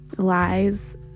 lies